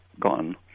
gone